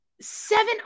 seven